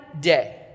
day